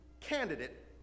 candidate